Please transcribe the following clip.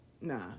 Nah